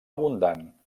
abundant